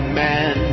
man